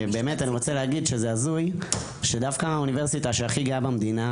ובאמת אני רוצה להגיד שזה הזוי שדווקא האוניברסיטה שהכי גאה במדינה,